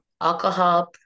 alcohol